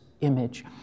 image